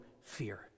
fear